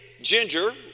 Ginger